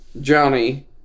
Johnny